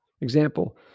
Example